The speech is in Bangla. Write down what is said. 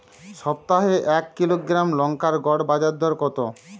সপ্তাহে এক কিলোগ্রাম লঙ্কার গড় বাজার দর কতো?